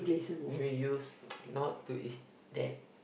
then we used not to is that